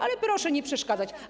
Ale proszę nie przeszkadzać.